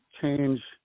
change